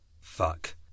Fuck